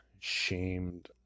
shamed